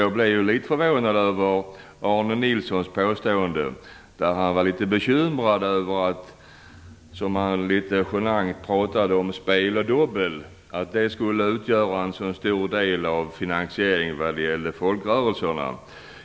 Jag blev litet förvånad över Arne Nilssons påstående. Han var litet bekymrad över, som han litet genant uttryckte det, att spel och dobbel skulle utgöra en så stor del av finansieringen av folkrörelserna.